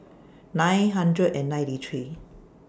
nine hundred and ninety three